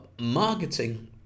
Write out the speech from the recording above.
marketing